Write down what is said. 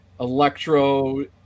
Electro